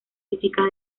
físicas